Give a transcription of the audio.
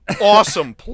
awesome